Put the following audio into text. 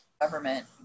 government